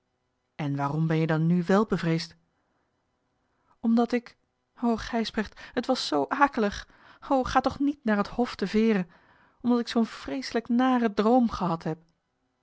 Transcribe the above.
en waarom ben je dan nu wel bevreesd omdat ik o gijsbrecht t was zoo akelig o ga toch niet naar het hof te veere omdat ik zoo'n vreeselijk naren droom gehad heb